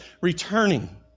returning